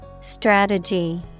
Strategy